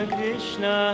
Krishna